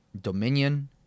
dominion